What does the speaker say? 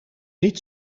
niet